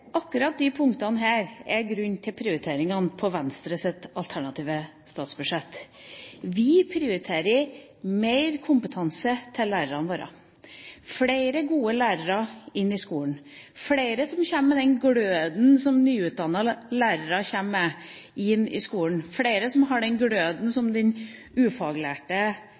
akkurat disse punktene som er årsaken til prioriteringene på Venstres alternative statsbudsjett. Vi prioriterer mer kompetanse til lærerne våre. Vi vil ha flere gode lærere inn i skolen, flere med den gløden som nyutdannede lærere kommer med inn i skolen, flere som har den gløden som de ufaglærte